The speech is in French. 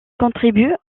contribue